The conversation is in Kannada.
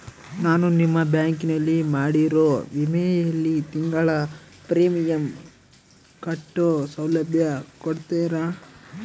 ನಾನು ನಿಮ್ಮ ಬ್ಯಾಂಕಿನಲ್ಲಿ ಮಾಡಿರೋ ವಿಮೆಯಲ್ಲಿ ತಿಂಗಳ ಪ್ರೇಮಿಯಂ ಕಟ್ಟೋ ಸೌಲಭ್ಯ ಕೊಡ್ತೇರಾ?